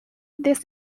this